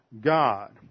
God